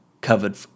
covered